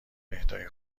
اهدای